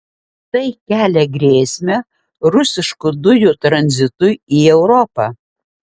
tai kelia grėsmę rusiškų dujų tranzitui į europą